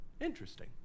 Interesting